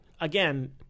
again